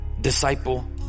disciple